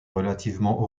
relativement